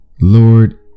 Lord